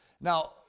Now